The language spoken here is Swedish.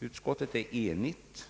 Utskottet är enigt.